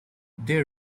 they